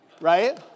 right